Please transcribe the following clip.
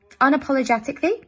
unapologetically